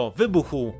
wybuchu